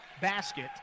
basket